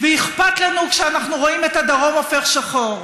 ואכפת לנו, כשאנחנו רואים את הדרום הופך שחור.